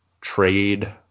trade